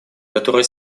которые